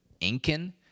Incan